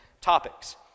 topics